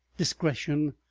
discretion,